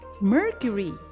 Mercury